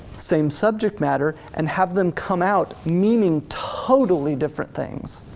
same subject matter, and have them come out meaning totally different things,